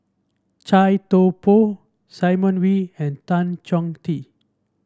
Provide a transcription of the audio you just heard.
Chia Thye Poh Simon Wee and Tan Chong Tee